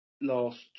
Last